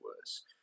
worse